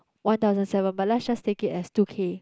one thousand seven but let's just take it as two K